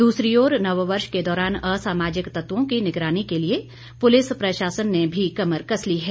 दूसरी ओर नववर्ष के दौरान असामाजिक तत्वों की निगरानी के लिए पुलिस प्रशासन ने भी कमर कस ली है